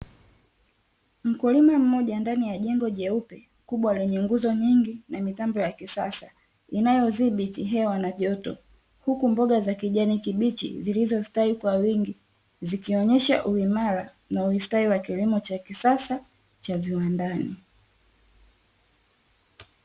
Mkulima mmoja ndani ya jengo jeupe kubwa lenye nguzo nyingi na mitambo ya kisasa, inayodhibiti hewa na joto huku mboga za kijani kibichi zilizostawi kwa wingi, zikionyesha uimara na ustawi wa kilimo cha kisasa cha viwandani.